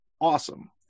awesome